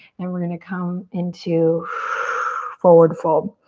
and we're gonna come into forward fold.